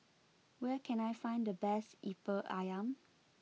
where can I find the best Lemper Ayam